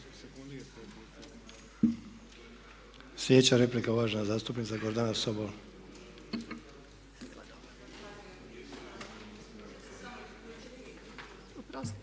Sljedeća replika uvažena zastupnica Gordana Sobol.